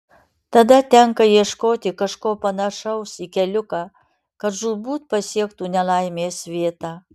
tada tenka ieškoti kažko panašaus į keliuką kad žūtbūt pasiektų nelaimės vietą